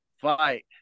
fight